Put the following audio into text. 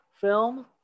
film